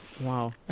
Wow